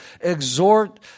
exhort